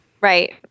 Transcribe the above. Right